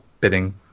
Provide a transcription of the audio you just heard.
bidding